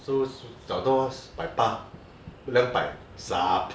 so 找到百八两百 sup